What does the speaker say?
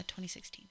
2016